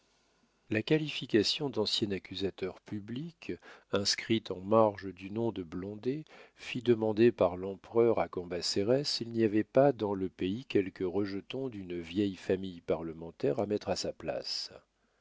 la qualification d'ancien accusateur public inscrite en marge du nom de blondet fit demander par l'empereur à cambacérès s'il n'y avait pas dans le pays quelque rejeton d'une vieille famille parlementaire à mettre à sa place